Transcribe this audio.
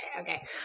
okay